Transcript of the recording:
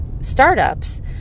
startups